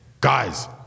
guys